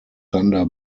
thunder